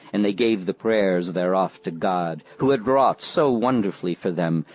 and they gave the prayers thereof to god, who had wrought so wonderfully for them,